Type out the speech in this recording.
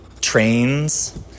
trains